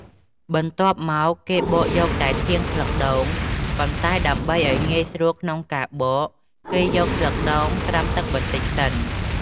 បន្ទាប់មកគេបកយកតែធាងស្លឹកដូង ប៉ុន្តែដើម្បីឲ្យងាយស្រួលក្នុងការបក គេយកស្លឹកដូងត្រាំទឹកបន្តិចសិន។